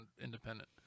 independent